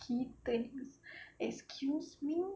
kitten excuse me